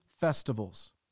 festivals